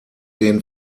den